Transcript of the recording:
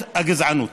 הגזענות.